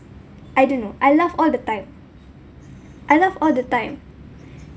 I don't know I laugh all the time I laugh all the time